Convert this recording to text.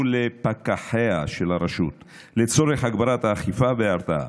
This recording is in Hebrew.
ולפקחיה של הרשות לצורך הגברת האכיפה וההרתעה.